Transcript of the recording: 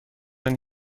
and